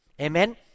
Amen